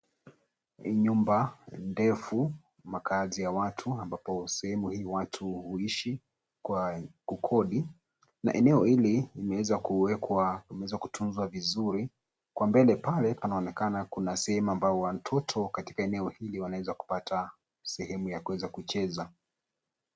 Nyumba ndefu makaazi ya watu ambapo sehemu hii watu huishi kwa kukodi, na eneo hili limewezwa kuwekwa limeweza kutunzwa vizuri. Kwa mbele pale panaonekana kuna sehemu ambao watoto katika eneo hili wanaweza kupata sehemu ya kuweza kucheza.